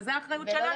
וזו אחריות שלנו.